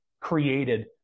created